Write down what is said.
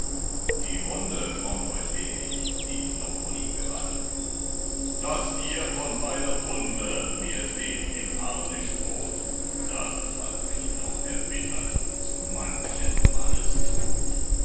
die wunde frommt euch wenig die ich noch von ihm gewann daß ihr von meiner wunde mir seht den harnisch rot das hat mich noch erbittert zu manchen mannes tod